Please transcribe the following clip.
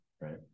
right